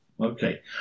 Okay